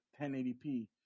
1080p